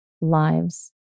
lives